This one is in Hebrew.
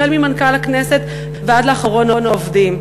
החל ממנכ"ל הכנסת ועד לאחרון העובדים,